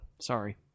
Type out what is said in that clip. Sorry